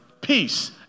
Peace